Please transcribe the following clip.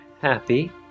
Happy